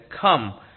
come